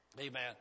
Amen